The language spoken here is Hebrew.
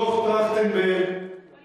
דוח-טרכטנברג, מותר לי לענות?